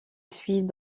suit